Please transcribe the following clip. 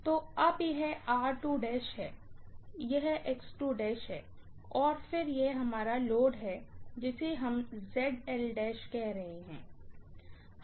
तो अब यह है यह है और फिर यह हमारा लोड है जिसे हम कह रहे हैं